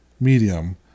medium